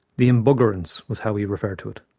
the embuggerance, was how he referred to it.